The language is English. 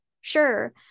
Sure